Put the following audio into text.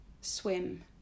Swim